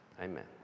Amen